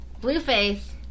Blueface